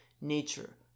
nature